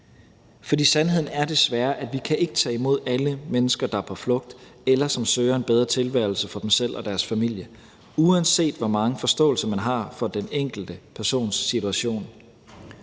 For sandheden er desværre, at vi ikke kan tage imod alle mennesker, der er på flugt, eller som søger en bedre tilværelse for dem selv og deres familie, uanset hvor meget forståelse man har for den enkelte persons situation.